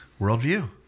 Worldview